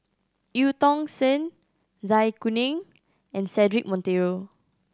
Eu Tong Sen Zai Kuning and Cedric Monteiro